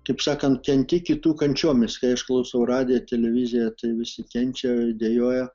kaip sakant kenti kitų kančiomis kai išklausau radiją televiziją tai visi kenčia dejuoja